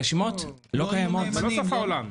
זה לא סוף העולם.